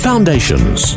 Foundations